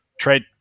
Trade